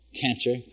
cancer